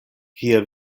kie